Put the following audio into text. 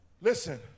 Listen